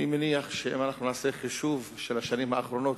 אני מניח שאם אנחנו נעשה חישוב של השנים האחרונות,